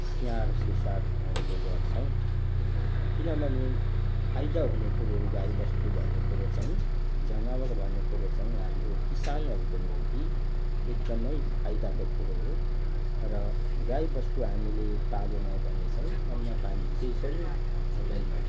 स्याहार सुसार हामीले गर्छौँ किनभने फाइदा हुने कुरो हो गाईबस्तु भन्ने कुरो चाहिँ जनावर भन्ने कुरो चाहिँ हाम्रो किसानहरूको निम्ति एकदमै फाइदाको कुरो हो र गाईबस्तु हामीले पालेनौँ भने चाहिँ अन्नपानी केही पनि हुँदैन